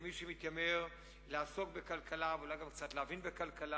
כמי שמתיימר לעסוק בכלכלה ואולי גם קצת להבין בכלכלה,